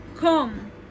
Come